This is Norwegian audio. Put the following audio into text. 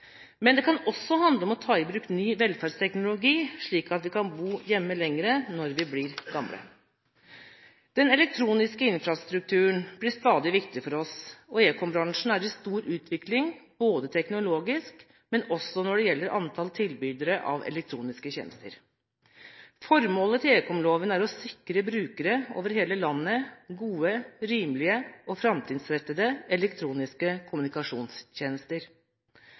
ta i bruk ny velferdsteknologi, slik at vi kan bo hjemme lenger når vi blir gamle. Den elektroniske infrastrukturen blir stadig viktigere for oss, og ekombransjen er i stor utvikling både teknologisk og når det gjelder antall tilbydere av elektroniske tjenester. Formålet til ekomloven er å sikre brukere over hele landet gode, rimelige og framtidsrettede elektroniske kommunikasjonstjenester.